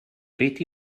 reti